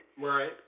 right